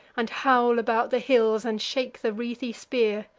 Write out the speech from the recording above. and howl about the hills, and shake the wreathy spear.